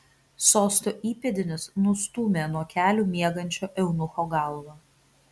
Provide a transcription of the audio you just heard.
sosto įpėdinis nustūmė nuo kelių miegančio eunucho galvą